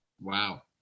Wow